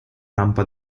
rampa